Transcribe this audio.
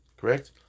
Correct